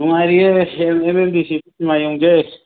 ꯅꯨꯡꯉꯥꯏꯔꯤꯌꯦ ꯍꯌꯦꯡ M M D ꯁꯤꯗ ꯁꯤꯃꯥ ꯌꯦꯡꯉꯨꯁꯦ